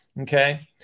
Okay